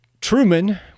Truman